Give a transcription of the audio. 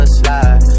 slide